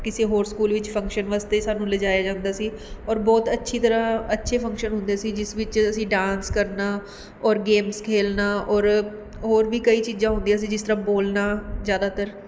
ਕਿਸੇ ਹੋਰ ਸਕੂਲ ਵਿੱਚ ਫੰਕਸ਼ਨ ਵਾਸਤੇ ਸਾਨੂੰ ਲਿਜਾਇਆ ਜਾਂਦਾ ਸੀ ਔਰ ਬਹੁਤ ਅੱਛੀ ਤਰ੍ਹਾਂ ਅੱਛੇ ਫੰਕਸ਼ਨ ਹੁੰਦੇ ਸੀ ਜਿਸ ਵਿੱਚ ਅਸੀਂ ਡਾਂਸ ਕਰਨਾ ਔਰ ਗੇਮਸ ਖੇਲਣਾ ਔਰ ਹੋਰ ਵੀ ਕਈ ਚੀਜ਼ਾਂ ਹੁੰਦੀਆਂ ਸੀ ਜਿਸ ਤਰ੍ਹਾਂ ਬੋਲਣਾ ਜ਼ਿਆਦਾਤਰ